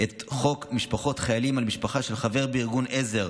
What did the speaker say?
את חוק משפחות חיילים על משפחה של חבר בארגון עזר,